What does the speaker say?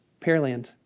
Pearland